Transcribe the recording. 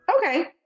Okay